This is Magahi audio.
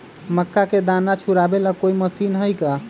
मक्का के दाना छुराबे ला कोई मशीन हई का?